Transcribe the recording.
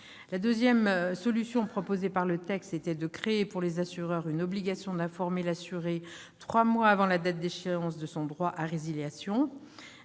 La seconde solution proposée dans le texte consistait à créer, pour les assureurs, une obligation d'informer l'assuré trois mois avant la date d'échéance de son droit à résiliation.